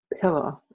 pillar